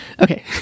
Okay